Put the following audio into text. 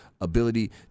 ability